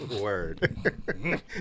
word